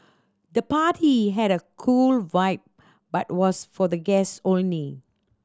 the party had a cool vibe but was for guest only